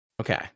okay